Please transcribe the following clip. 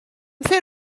fer